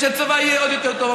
שהצבא יהיה עוד יותר טוב,